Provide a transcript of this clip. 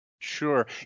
Sure